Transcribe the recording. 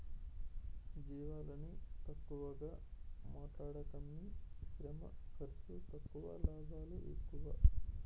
జీవాలని తక్కువగా మాట్లాడకమ్మీ శ్రమ ఖర్సు తక్కువ లాభాలు ఎక్కువ